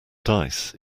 dice